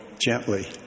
gently